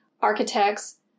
architects